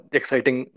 exciting